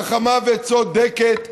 חכמה וצודקת,